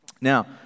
Now